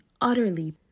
utterly